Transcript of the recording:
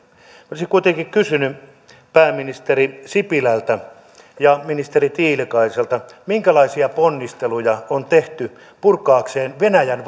olisin kuitenkin kysynyt pääministeri sipilältä ja ministeri tiilikaiselta minkälaisia ponnisteluja on tehty venäjän